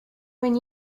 when